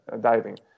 diving